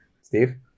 Steve